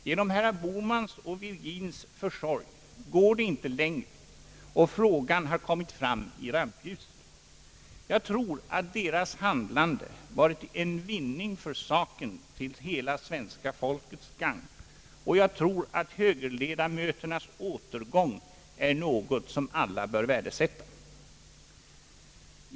Genom herrar Bohmans och Virgins försorg går det inte längre, och frågan har kommit fram i rampljuset. Jag tror att deras handlande varit en vinning för saken, och jag tror att högerledamöternas återgång är något som vi alla bör värdesätta.